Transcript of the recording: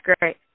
Great